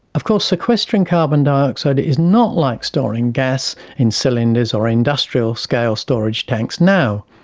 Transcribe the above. of course sequestering carbon dioxide is not like storing gas in cylinders or industrial scale storage tanks now.